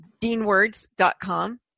deanwords.com